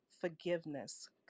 forgiveness